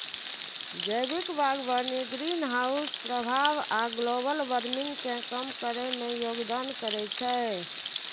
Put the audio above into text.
जैविक बागवानी ग्रीनहाउस प्रभाव आ ग्लोबल वार्मिंग कें कम करै मे योगदान करै छै